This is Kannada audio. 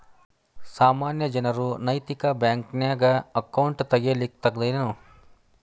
ಸಾಮಾನ್ಯ ಜನರು ನೈತಿಕ ಬ್ಯಾಂಕ್ನ್ಯಾಗ್ ಅಕೌಂಟ್ ತಗೇ ಲಿಕ್ಕಗ್ತದೇನು?